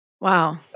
Wow